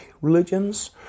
religions